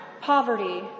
poverty